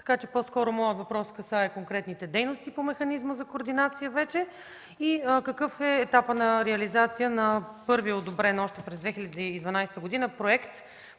така че по-скоро моят въпрос касае конкретните дейности по механизма за координация, както и какъв е етапът на реализация на първия одобрен – още през 2012 г., проект